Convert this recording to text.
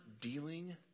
dealing